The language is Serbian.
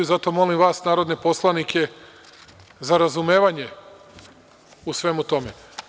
Zato molim vas, narodne poslanike, za razumevanje u svemu tome.